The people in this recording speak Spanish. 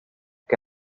que